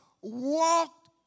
walked